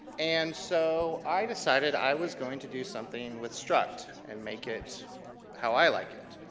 and so i decided i was going to do something with struct and make it how i like it.